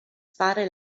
fare